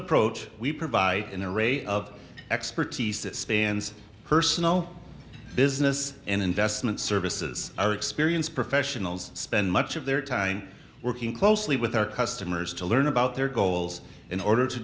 approach we provide an array of expertise that spans personal business and investment services our experience professionals spend much of their time working closely with our customers to learn about their goals in order to